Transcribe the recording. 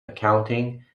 accounting